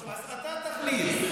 אז אתה תחליט.